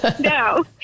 No